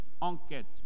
enquête